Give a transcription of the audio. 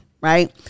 right